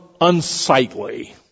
unsightly